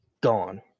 gone